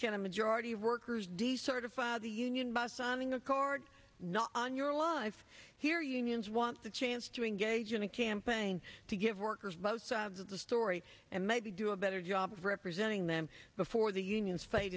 jenna majority of workers decertify the union boss awning accord not on your life here unions want the chance to engage in a campaign to give workers both sides of the story and maybe do a better job of representing them before the union